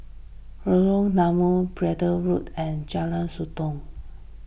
Lorong Danau Braddell Road and Jalan Sotong